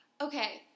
Okay